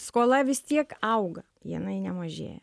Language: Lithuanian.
skola vis tiek auga jinai nemažėja